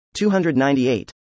298